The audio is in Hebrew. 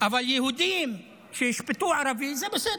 אבל יהודים שישפטו ערבי, זה, בסדר.